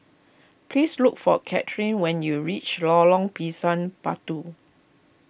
please look for Kaitlynn when you reach Lorong Pisang Batu